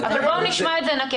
אבל בואו נשמע את זה נקי.